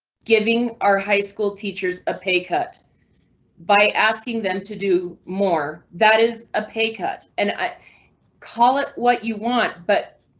giving our high school teachers a pay cut by asking them to do more that is a pay cut and i call it what you want but.